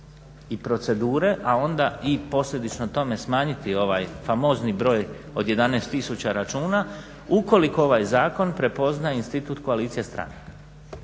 i procedure, a onda posljedično tome i smanjiti ovaj famozni broj od 11 tisuća računa ukoliko ovaj zakon prepozna institut koalicije stranaka.